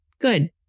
good